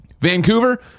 Vancouver